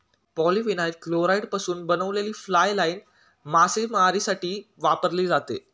polyvinyl क्लोराईडपासून बनवलेली fly line मासेमारीसाठी वापरली जाते